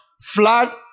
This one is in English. flood